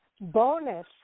bonus